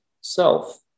self